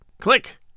Click